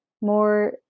more